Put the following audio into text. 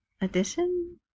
edition